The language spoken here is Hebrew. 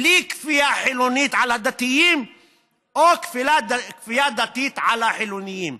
בלי כפייה חילונית על הדתיים או כפייה דתית על החילונים.